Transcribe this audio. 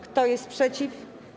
Kto jest przeciw?